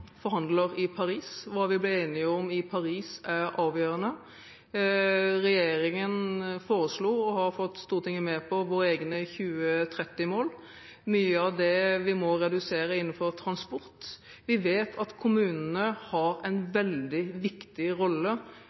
forhandler i Paris. Hva vi blir enige om i Paris, er avgjørende. Regjeringen foreslo og har fått Stortinget med på våre egne 2030-mål, mye av det vi må redusere innenfor transport. Vi vet at kommunene har en veldig viktig rolle